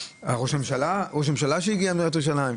ראש ממשלה שהגיע מעיריית ירושלים.